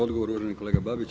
Odgovor uvaženi kolega Babić.